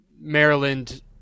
Maryland